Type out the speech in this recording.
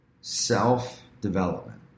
self-development